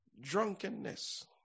Drunkenness